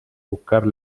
buscar